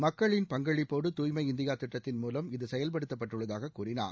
மக்களின் பங்களிப்போடு தூய்மை இந்தியா திட்டத்தின் மூலம் இது செயல்படுத்தப்பட்டுள்ளதாக கூறினார்